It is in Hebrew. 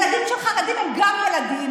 ילדים של חרדים הם גם ילדים.